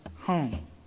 home